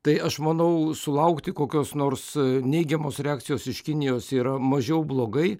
tai aš manau sulaukti kokios nors neigiamos reakcijos iš kinijos yra mažiau blogai